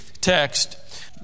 text